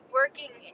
working